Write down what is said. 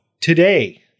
today